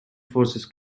forces